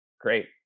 great